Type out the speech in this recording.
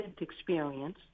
experience